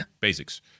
basics